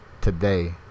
today